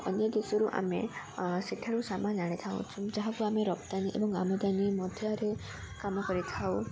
ଅନ୍ୟ ଦେଶରୁ ଆମେ ସେଠାରୁ ସାମାନ ଆଣିଥାଉ ଯାହାକୁ ଆମେ ରପ୍ତାନୀ ଏବଂ ଆମଦାନୀ ମଧ୍ୟରେ କାମ କରିଥାଉ